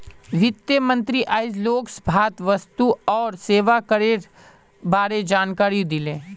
वित्त मंत्री आइज लोकसभात वस्तु और सेवा करेर बारे जानकारी दिले